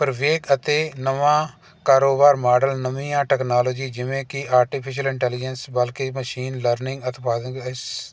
ਪਰਵੇਕ ਅਤੇ ਨਵਾਂ ਕਾਰੋਬਾਰ ਮਾਡਲ ਨਵੀਆਂ ਟੈਕਨੋਲੋਜੀ ਜਿਵੇਂ ਕਿ ਆਰਟੀਫਿਸ਼ਲ ਇੰਟੈਲੀਜੈਂਸ ਬਲਕਿ ਮਸ਼ੀਨ ਲਰਨਿੰਗ ਉਤਪਾਦਕ ਇਸ